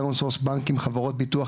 חברות ביטוח,